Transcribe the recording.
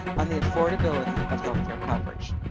on the affordability of healthcare coverage.